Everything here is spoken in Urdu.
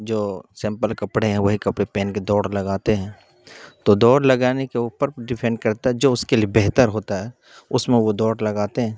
جو سمپل کپڑے ہیں وہی کپڑے پہن کے دوڑ لگاتے ہیں تو دوڑ لگانے کے اوپر ڈیپینڈ کرتا ہے جو اس کے لیے بہتر ہوتا ہے اس میں وہ دوڑ لگاتے ہیں